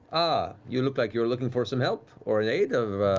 ah, you look like you are looking for some help, or in aid of